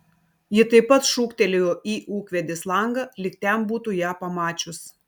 ji taip pat šūktelėjo į ūkvedės langą lyg ten būtų ją pamačius